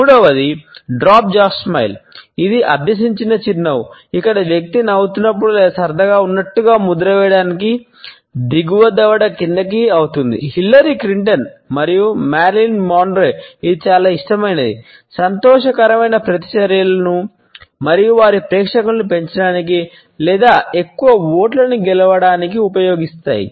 మూడవది డ్రాప్ దవడ చిరునవ్వు గెలవడానికి ఉపయోగిస్తాయి